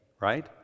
right